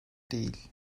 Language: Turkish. değil